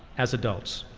as adults.